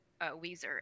Weezer